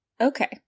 okay